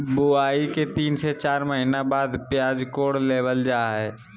बुआई के तीन से चार महीना के बाद प्याज कोड़ लेबल जा हय